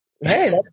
hey